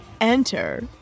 Enter